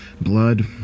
Blood